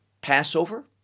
passover